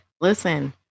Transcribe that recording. Listen